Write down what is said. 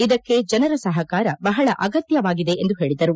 ಇದಕ್ಕೆ ಜನರ ಸಹಕಾರ ಬಹಳ ಅಗತ್ಯವಾಗಿದೆ ಎಂದು ಹೇಳಿದರು